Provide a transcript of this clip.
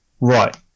right